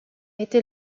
été